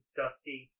dusty